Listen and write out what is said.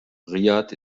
riad